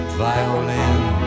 violin